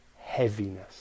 heaviness